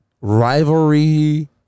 rivalry